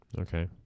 Okay